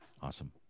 awesome